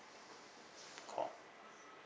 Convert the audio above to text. call